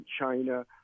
China